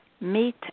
meet